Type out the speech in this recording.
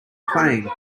playing